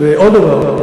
עוד דבר,